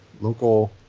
local